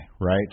right